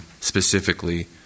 specifically